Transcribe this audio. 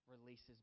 releases